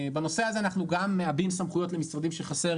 בנושא הזה אנחנו גם מעבים סמכויות למשרדים שחסר,